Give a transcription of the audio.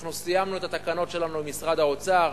אנחנו סיימנו את התקנות שלנו עם משרד האוצר,